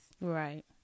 Right